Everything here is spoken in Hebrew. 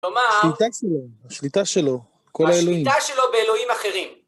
כלומר... השליטה שלו, השליטה שלו, כל אלוהים. השליטה שלו באלוהים אחרים.